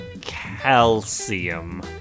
Calcium